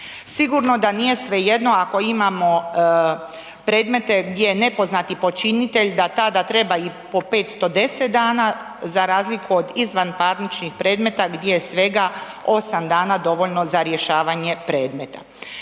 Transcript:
Sigurno da nije svejedno ako imamo predmete gdje je nepoznati počinitelj da tada treba i po 510 dana za razliku od izvanparničkih predmeta gdje je svega 8 dana dovoljno za rješavanje predmeta.